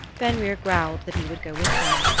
fenrir growled that he would go with them.